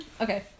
Okay